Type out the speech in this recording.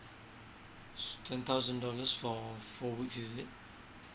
ten thousand dollars for four weeks isn't it